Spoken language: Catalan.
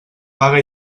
vaga